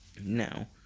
Now